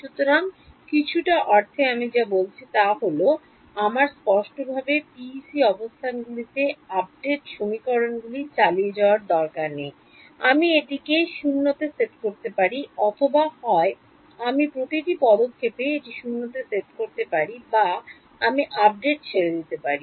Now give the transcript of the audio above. সুতরাং কিছুটা অর্থে আমি যা বলছি তা হল আমার স্পষ্টভাবে পিইসি অবস্থানগুলিতে আপডেট সমীকরণগুলি চালিয়ে যাওয়ার দরকার নেই আমি এটিকে 0 তে সেট করতে পারি অথবা হয় আমি প্রতিটি পদক্ষেপে এটি 0 তে সেট করতে পারি বা আমি আপডেটটি ছেড়ে দিতে পারি